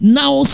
now